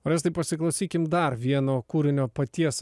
orestai pasiklausykim dar vieno kūrinio paties